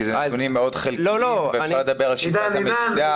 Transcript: כי אלה נתונים מאוד חלקיים ואפשר לדבר על שיטות המדידה.